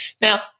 Now